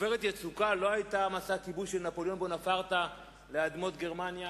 "עופרת יצוקה" לא היתה מסע כיבוש של נפוליאון בונפרטה לאדמות גרמניה